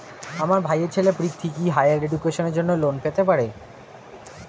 আমার ভাইয়ের ছেলে পৃথ্বী, কি হাইয়ার এডুকেশনের জন্য লোন পেতে পারে?